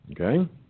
Okay